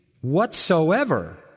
whatsoever